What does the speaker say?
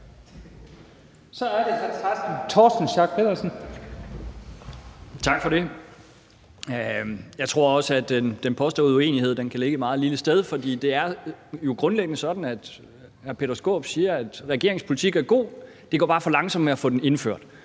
Jeg tror også, at den påståede uenighed kan ligge et meget lille sted, for det er jo grundlæggende sådan, at hr. Peter Skaarup siger, at regeringens politik er god. Det går bare for langsomt med at få den indført.